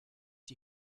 die